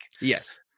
yes